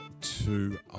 two